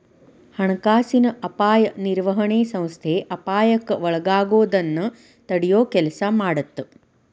ಹಣಕಾಸಿನ ಅಪಾಯ ನಿರ್ವಹಣೆ ಸಂಸ್ಥೆ ಅಪಾಯಕ್ಕ ಒಳಗಾಗೋದನ್ನ ತಡಿಯೊ ಕೆಲ್ಸ ಮಾಡತ್ತ